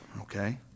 okay